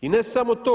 I ne samo to.